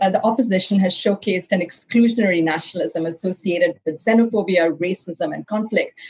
and the opposition has showcased and exclusionary nationalism associated with xenophobia, racism, and conflict.